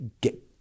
get